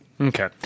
Okay